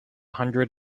hundred